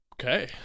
Okay